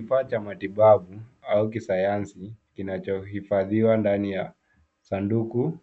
Kifaa cha matibabu au kisayansi kinachohifadhiwa ndani ya sanduku